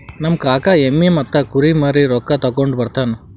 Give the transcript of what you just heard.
ನಮ್ ಕಾಕಾ ಎಮ್ಮಿ ಮತ್ತ ಕುರಿ ಮಾರಿ ರೊಕ್ಕಾ ತಗೊಂಡ್ ಬರ್ತಾನ್